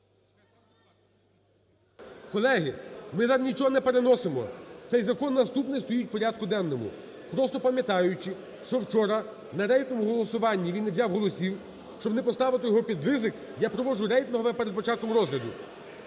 Колеги, ми зараз нічого не переносимо, цей закон наступний стоїть в порядку денному. Просто пам'ятаючи, що вчора на рейтинговому голосуванні він не взяв голосів, щоб не поставити його під ризик, я проводжу рейтингове перед початком розгляду.